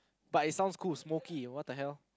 but it sounds cool smokey what the hell